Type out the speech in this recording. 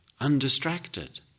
undistracted